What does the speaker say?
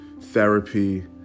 therapy